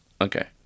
Okay